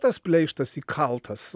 tas pleištas įkaltas